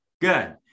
Good